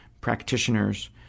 practitioners